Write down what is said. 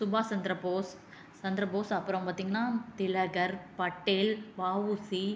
சுபாஷ் சந்திரபோஸ் சந்திர போஸ் அப்புறம் பார்த்திங்கனா திலகர் பட்டேல் வஉசி